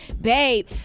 babe